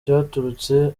byaturutse